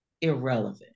irrelevant